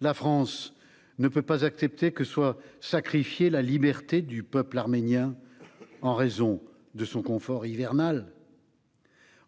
La France ne peut pas accepter que soit sacrifiée la liberté du peuple arménien pour préserver son confort hivernal.